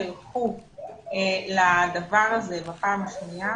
העובדה שלא נערכו לדבר הזה בפעם השנייה